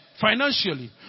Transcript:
financially